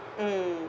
mm